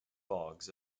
bogs